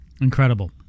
incredible